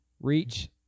reach